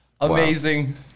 Amazing